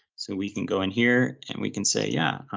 so we can go in here and we can say, yeah,